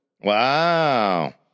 Wow